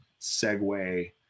segue